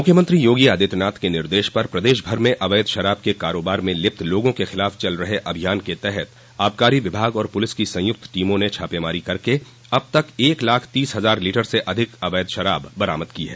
मुख्यमंत्री योगी आदित्यनाथ के निर्देश पर प्रदेश भर में अवैध शराब के कारोबार में लिप्त लोगों के खिलाफ चल रहे अभियान के तहत आबकारी विभाग और पुलिस की संयुक्त टीमों ने छापेमारी करके अब तक एक लाख तीस हजार लीटर से अधिक अवैध शराब बरामद की है